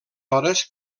hores